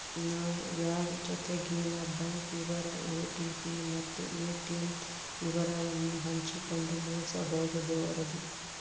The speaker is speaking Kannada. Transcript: ನಾವು ಯಾರ್ ಜೊತಿಗೆನ ಬ್ಯಾಂಕ್ ವಿವರ ಓ.ಟಿ.ಪಿ ಮತ್ತು ಏ.ಟಿ.ಮ್ ವಿವರವನ್ನು ಹಂಚಿಕಂಡು ಮೋಸ ಹೋಗಬಾರದು